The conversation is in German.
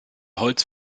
holz